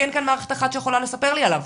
כי אין כאן מערכת אחת שיכולה לספר לי עליו.